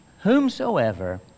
whomsoever